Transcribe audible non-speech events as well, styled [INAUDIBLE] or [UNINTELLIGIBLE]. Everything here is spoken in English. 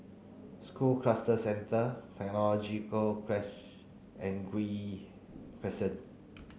School Cluster Centre Technology [UNINTELLIGIBLE] and Gul Crescent